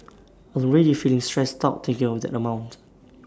already feeling stressed out to kill that amount